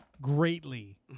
greatly